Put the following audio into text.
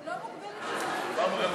לא מוגבלת בזמן לדעתי,